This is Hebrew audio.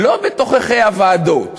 לא בתוככי הוועדות,